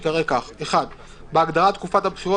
ייקרא כך: (1)בהגדרה "תקופת הבחירות",